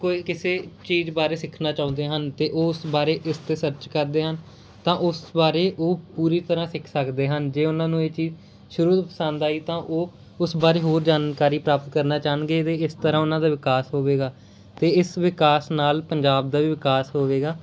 ਕੋਈ ਕਿਸੇ ਚੀਜ਼ ਬਾਰੇ ਸਿੱਖਣਾ ਚਾਹੁੰਦੇ ਹਨ ਅਤੇ ਉਸ ਬਾਰੇ ਇਸ 'ਤੇ ਸਰਚ ਕਰਦੇ ਹਨ ਤਾਂ ਉਸ ਬਾਰੇ ਉਹ ਪੂਰੀ ਤਰ੍ਹਾਂ ਸਿੱਖ ਸਕਦੇ ਹਨ ਜੇ ਉਹਨਾਂ ਨੂੰ ਇਹ ਚੀਜ਼ ਸ਼ੁਰੂ ਪਸੰਦ ਆਈ ਤਾਂ ਉਹ ਉਸ ਬਾਰੇ ਹੋਰ ਜਾਣਕਾਰੀ ਪ੍ਰਾਪਤ ਕਰਨਾ ਚਾਹੁੰਣਗੇ ਅਤੇ ਇਸ ਤਰ੍ਹਾਂ ਉਹਨਾਂ ਦਾ ਵਿਕਾਸ ਹੋਵੇਗਾ ਅਤੇ ਇਸ ਵਿਕਾਸ ਨਾਲ ਪੰਜਾਬ ਦਾ ਵੀ ਵਿਕਾਸ ਹੋਵੇਗਾ